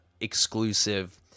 exclusive